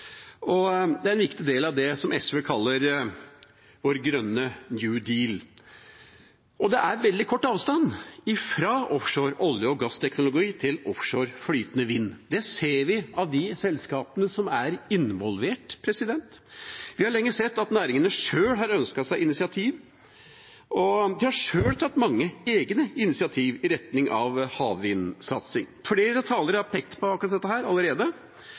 igjennom. Det er en viktig del av det som vi i SV kaller vår grønne, nye deal. Det er veldig kort avstand fra offshore olje- og gassteknologi til offshore flytende vind. Det ser vi av de selskapene som er involvert. Vi har lenge sett at næringene sjøl har ønsket seg initiativer, og de har sjøl tatt mange egne initiativer i retning av havvindsatsing. Flere talere har pekt på dette allerede.